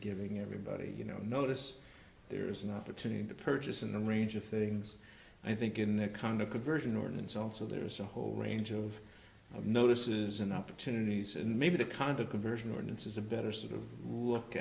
giving everybody you know notice there's an opportunity to purchase in the range of things i think in the kind of conversion ordinance also there's a whole range of notices and opportunities and maybe the kind of conversion ordinance is a better sort of look